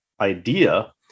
idea